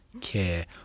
care